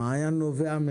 הבירורים